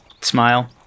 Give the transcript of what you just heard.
Smile